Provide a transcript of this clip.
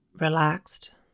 Relaxed